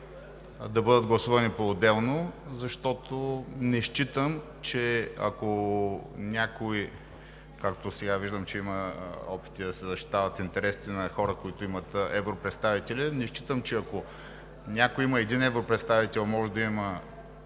да бъдат гласувани поотделно, защото не считам, че ако някой – както сега виждам, че има опити да се защитават интересите на хора, които имат европредставители – има един европредставител, може да има